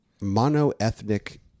mono-ethnic